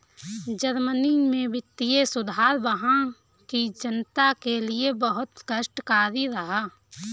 Germany में वित्तीय सुधार वहां की जनता के लिए बहुत कष्टकारी रहा